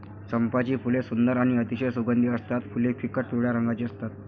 चंपाची फुले सुंदर आणि अतिशय सुगंधी असतात फुले फिकट पिवळ्या रंगाची असतात